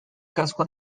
casco